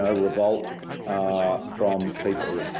ah revolt ah from people,